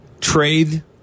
trade